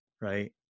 Right